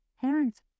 Parents